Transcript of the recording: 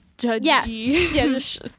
Yes